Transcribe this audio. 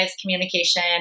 communication